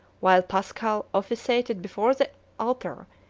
while paschal officiated before the altar,